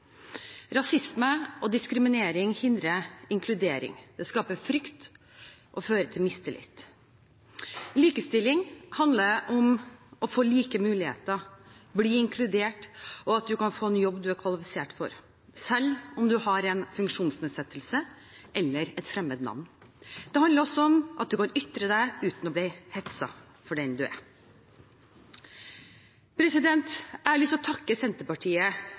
Rasisme og diskriminering hindrer inkludering. Det skaper frykt og fører til mistillit. Likestilling handler om å få like muligheter, bli inkludert og at man kan få en jobb man er kvalifisert for, selv om man har en funksjonsnedsettelse eller et fremmed navn. Det handler også om at man kan ytre seg uten å bli hetset for den man er. Jeg har lyst til å takke Senterpartiet